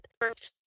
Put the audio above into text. first